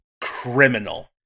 Criminal